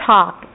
Talk